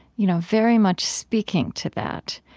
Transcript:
you know, very much speaking to that.